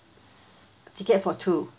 ticket for two